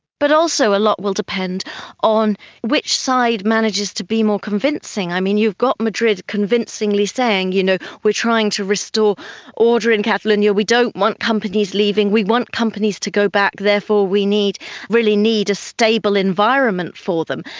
but also a lot will depend on which side manages to be more convincing. i mean, you've got madrid convincingly saying you know we are trying to restore order in catalonia, we don't want companies leaving, we want companies to go back, and therefore we really need a stable environment for them.